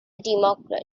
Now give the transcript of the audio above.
democrat